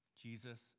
Jesus